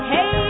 Hey